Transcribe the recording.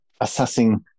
assessing